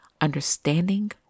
understanding